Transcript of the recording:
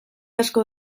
asko